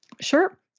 Sure